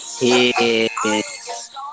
Yes